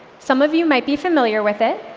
some of you might be familiar with it.